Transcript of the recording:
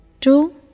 two